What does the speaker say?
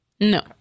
No